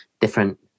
different